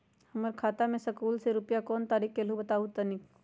हमर खाता में सकलू से रूपया कोन तारीक के अलऊह बताहु त तनिक?